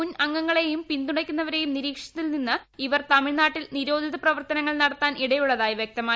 മുൻ അംഗ ങ്ങളേയും പിന്തുണയ്ക്കുന്നവരേയും നിരീക്ഷിച്ചതിൽ നിന്ന് ഇവർ ത മിഴ്നാട്ടിൽ നിരോധിത പ്രവർത്തനങ്ങൾ നടത്താനിടയുള്ളതായി വ്യക്തമായി